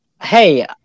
hey